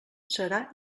serà